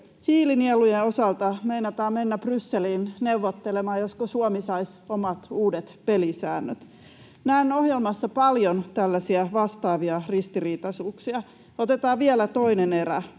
Hiilinielujen osalta meinataan mennä Brysseliin neuvottelemaan, josko Suomi saisi omat uudet pelisäännöt. Näen ohjelmassa paljon tällaisia vastaavia ristiriitaisuuksia. Otetaan vielä toinen erä.